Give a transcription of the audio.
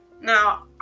Now